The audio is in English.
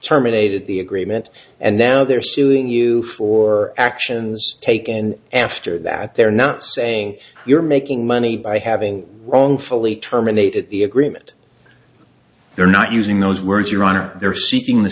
terminated the agreement and now they're suing you for actions taken and after that they're not saying you're making money by having wrongfully terminate the agreement they're not using those words your honor they're seeking the